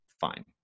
fine